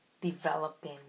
developing